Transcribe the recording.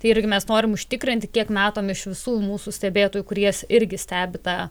tai ir gi mes norim užtikrinti kiek metom iš visų mūsų stebėtojų kurie irgi stebi tą